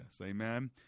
amen